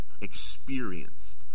experienced